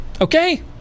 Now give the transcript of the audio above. Okay